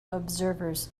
observers